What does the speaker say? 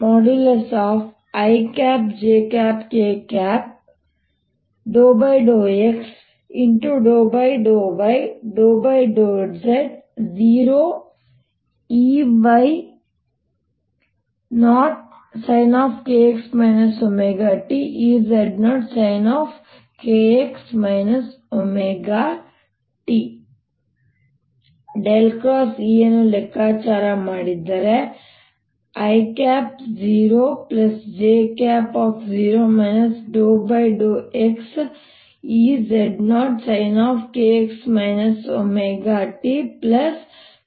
ಮತ್ತು ನಾನು E ಅನ್ನು ಲೆಕ್ಕಾಚಾರ ಮಾಡಿದರೆ i×0j0 ∂xEz0sin kx ωt k∂xEy0sin kx ωt 0kcoskx ωt jEz0kEy0kcoskx ωt iEy0jEz0kkcoskx ωt iE0 ಎಂದು ಬರೆಯಬಹುದು